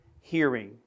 Hearing